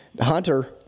Hunter